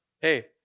hey